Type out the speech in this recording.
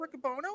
Riccobono